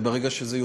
וברגע שזה יוחלט,